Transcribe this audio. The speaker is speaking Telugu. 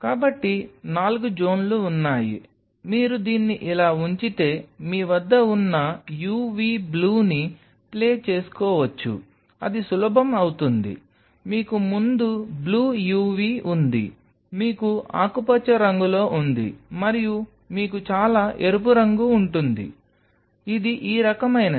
కాబట్టి నాలుగు జోన్లు ఉన్నాయి మీరు దీన్ని ఇలా ఉంచితే మీ వద్ద ఉన్న UV బ్లూని ప్లే చేసుకోవచ్చు అది సులభం అవుతుంది మీకు ముందు బ్లూ UV ఉంది మీకు ఆకుపచ్చ రంగులో ఉంది మరియు మీకు చాలా ఎరుపు రంగు ఉంటుంది ఇది ఈ రకమైనది